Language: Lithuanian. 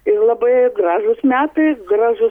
ir labai gražūs metai gražus